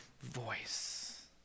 voice